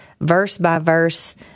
verse-by-verse